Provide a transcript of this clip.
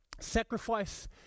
sacrifice